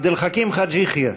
עבד אל חכים חאג' יחיא,